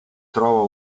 trova